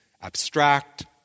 abstract